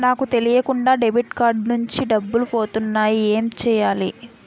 నాకు తెలియకుండా debit card నుంచి డబ్బులు పోతున్నాయి ఎం చెయ్యాలి?